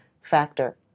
factor